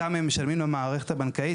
כמה הם משלמים למערכת הבנקאית,